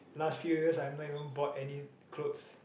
last few years I have not even bought any clothes